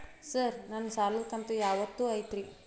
Sir ನನ್ನ ಸಾಲದ ಕಂತು ಯಾವತ್ತೂ ಐತ್ರಿ?